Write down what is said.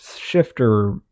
shifter